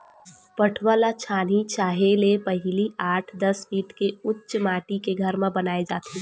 पठउवा ल छानही छाहे ले पहिली आठ, दस फीट के उच्च माठी के घर म बनाए जाथे